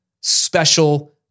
special